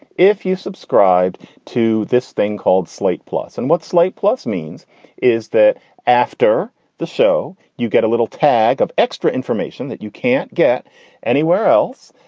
if you subscribed to this thing called slate plus, and what slate plus means is that after the show, you get a little tag of extra information that you can't get anywhere else.